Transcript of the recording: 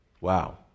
Wow